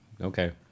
Okay